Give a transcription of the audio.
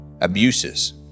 Abuses